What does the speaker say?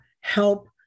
help